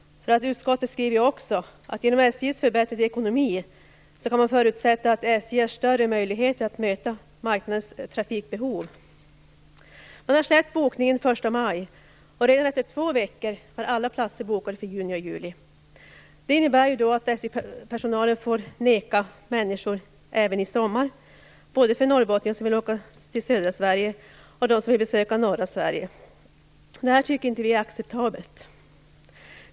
Utskottet skriver nämligen också att man i och med SJ:s förbättrade ekonomi kan förutsätta att SJ har större möjligheter att möta marknadens trafikbehov. Bokningen för sommaren började den 1 maj, och redan efter två veckor var alla platser för juni och juli bokade. Det innebär att SJ-personalen får neka människor även i sommar. Det gäller både norrbottningar som vill åka till södra Sverige och dem som vill besöka norra Sverige. Det här tycker vi inte är acceptabelt.